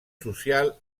social